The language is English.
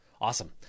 Awesome